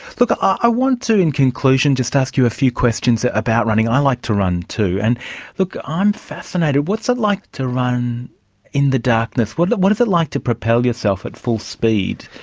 look, i want to, in conclusion, just ask you a few questions ah about running. i like to run too, and i'm um fascinated, what's it like to run in the darkness? what's what's it like to propel yourself at full speed?